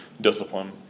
discipline